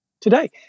today